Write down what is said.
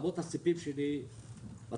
אמות הסיפים שלי מתחילות